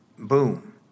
boom